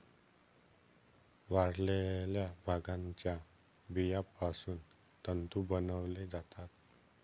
वाळलेल्या भांगाच्या बियापासून तंतू बनवले जातात